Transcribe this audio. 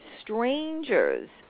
strangers